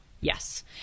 yes